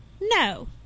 No